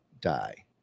die